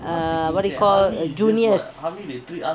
uh what do you call uh juniors